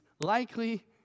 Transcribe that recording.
likely